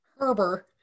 Herber